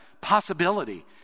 possibility